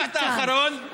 המשפט האחרון, אתה תמיד כאן.